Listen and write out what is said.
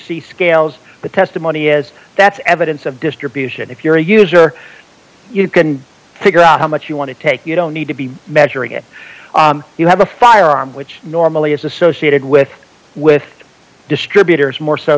see scales but testimony is that's evidence of distribution if you're a user you can figure out how much you want to take you don't need to be measuring it you have a firearm which normally is associated with with distributors more so